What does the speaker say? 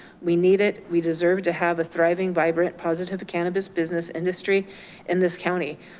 we need it, we deserve to have a thriving, vibrant, positive cannabis business industry in this county.